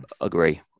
agree